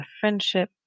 friendship